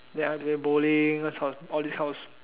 then I play bowling all this all this kind of